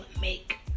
make